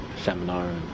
seminar